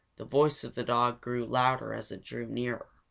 the voice of the dog grew louder as it drew nearer.